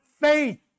faith